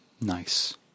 Nice